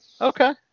Okay